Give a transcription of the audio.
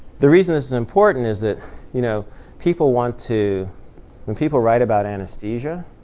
the reason this is important is that you know people want to when people write about anesthesia